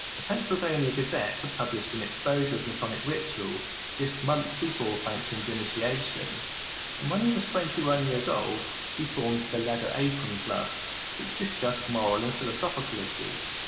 the pennsylvania gazette had published an exposure of masonic rituals just months before franklin's initiation and when he was twenty one years old he formed the leather apron club which discussed moral and philosophical issues.